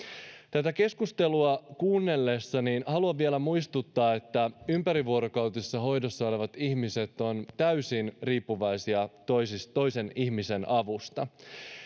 tätä keskustelua kuunnellessani haluan vielä muistuttaa että ympärivuorokautisessa hoidossa olevat ihmiset ovat täysin riippuvaisia toisen ihmisen avusta